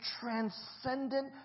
transcendent